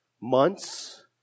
months